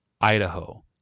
Idaho